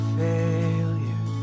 failure